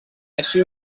així